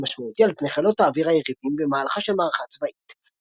טקטי משמעותי על פני חילות האוויר היריבים במהלכה של מערכה צבאית.